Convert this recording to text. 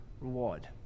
reward